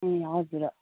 ए हजुर